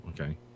Okay